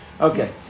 okay